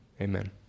Amen